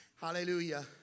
Hallelujah